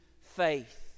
faith